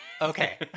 Okay